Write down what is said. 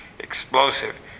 explosive